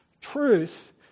truth